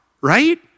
right